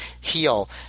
heal